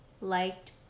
liked